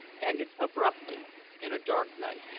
ended abruptly in a dark night.